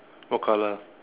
what color